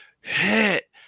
hit